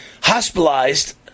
hospitalized